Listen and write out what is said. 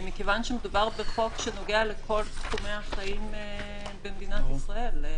מכיוון שמדובר בחוק שנוגע לכל תחומי החיים במדינת ישראל.